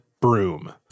broom